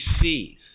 sees